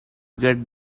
get